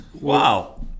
wow